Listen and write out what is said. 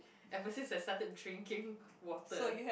I would say that started drinking water